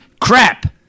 crap